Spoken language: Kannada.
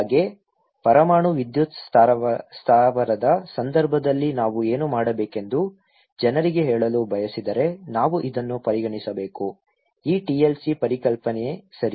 ಹಾಗೆ ಪರಮಾಣು ವಿದ್ಯುತ್ ಸ್ಥಾವರದ ಸಂದರ್ಭದಲ್ಲಿ ನಾವು ಏನು ಮಾಡಬೇಕೆಂದು ಜನರಿಗೆ ಹೇಳಲು ಬಯಸಿದರೆ ನಾವು ಇದನ್ನು ಪರಿಗಣಿಸಬೇಕು ಈ TLC ಪರಿಕಲ್ಪನೆ ಸರಿ